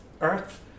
earth